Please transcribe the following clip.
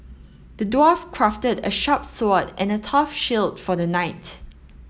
the dwarf crafted a sharp sword and a tough shield for the knight